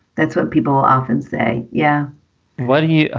that's what people often say. yeah why do you.